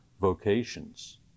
vocations